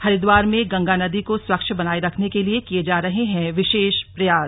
हरिद्वार में गंगा नदी को स्वच्छ बनाए रखने के लिए किए जा रहे हैं विगेष प्रयास